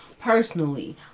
personally